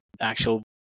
actual